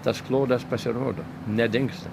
tas klodas pasirodo nedingsta